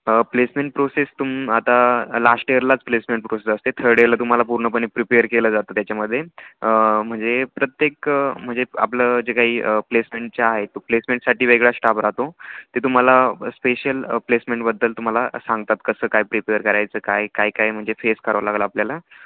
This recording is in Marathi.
प्लेसमेंट प्रोसेस तुम आता लास्ट इयरलाच प्लेसमेंट प्रोसेस असते थर्ड इयरला तुम्हाला पूर्णपणे प्रिपेअर केलं जातं त्याच्यामध्ये म्हणजे प्रत्येक म्हणजे आपलं जे काही प्लेसमेंटच्या आहेत तर प्लेसमेंटसाठी वेगळा स्टाफ राहतो ते तुम्हाला स्पेशल प्लेसमेंटबद्दल तुम्हाला सांगतात कसं काय प्रिपेअर करायचं काय काय काय म्हणजे फेस करावं लागेल आपल्याला